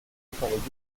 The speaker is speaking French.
guitariste